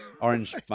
orange